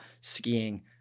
skiing